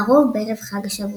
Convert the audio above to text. לרוב בערב חג שבועות.